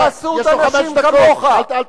בחסות אנשים כמוך, בחסות אנשים כמוך.